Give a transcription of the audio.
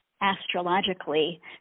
astrologically